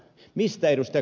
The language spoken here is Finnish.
mistä ed